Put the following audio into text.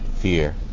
Fear